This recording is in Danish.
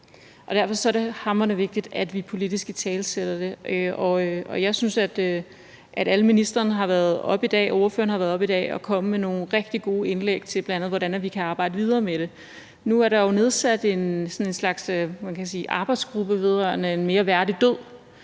Derfor er det hamrende vigtigt, at vi politisk italesætter det, og jeg synes, at alle ordførerne og ministrene i dag er kommet med nogle rigtig gode indlæg til, hvordan vi bl.a. kan arbejde videre med det. Nu er der jo nedsat sådan en slags arbejdsgruppe vedrørende en mere værdig død.